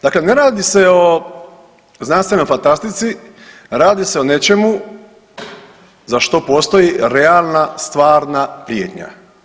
Dakle, ne radi se o znanstvenoj fantastici, radi se o nečemu za što postoji realna stvarna prijetnja.